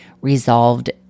resolved